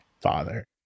father